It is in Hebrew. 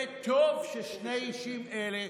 וטוב ששני אישים אלה,